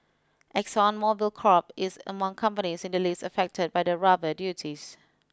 Exxon Mobile Crop is among companies in the list affected by the rubber duties